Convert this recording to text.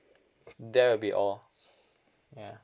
that will be all ya